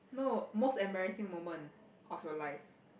no most embarrassing moment of your life